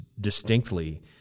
distinctly